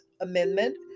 Amendment